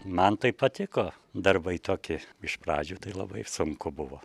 man tai patiko darbai tokie iš pradžių tai labai sunku buvo